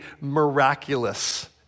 miraculous